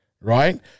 right